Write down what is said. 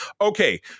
Okay